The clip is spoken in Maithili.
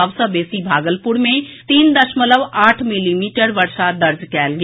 सभ सँ बेसी भागलपुर मे तीन दशमलव आठ मिलीमीटर वर्षा दर्ज कयल गेल